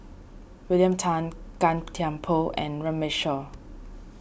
William Tan Gan Thiam Poh and Runme Shaw